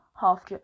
Half